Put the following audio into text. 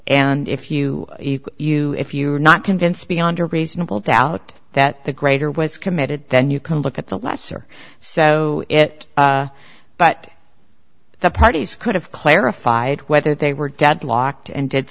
and if you you if you are not convinced beyond a reasonable doubt that the greater was committed then you can look at the lesser so it but the parties could have clarified whether they were deadlocked and did